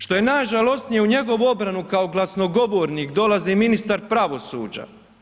Što je najžalosnije u njegovu obranu kao glasnogovornik dolazi ministar pravosuđa.